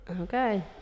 Okay